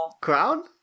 crown